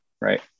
right